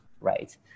right